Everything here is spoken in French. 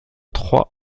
trois